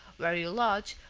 where you lodge,